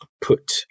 put